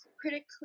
critically